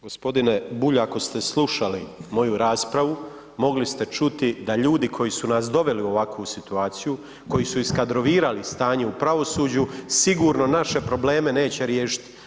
Gospodine Bulj, ako ste slušali moji raspravu mogli ste čuti da ljudi koji su nas doveli u ovakvu situaciju, koji su iskadrovirali stanje u pravosuđu sigurno naše probleme neće riješiti.